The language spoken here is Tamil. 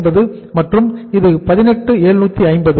16250 மற்றும் இது 18750